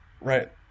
right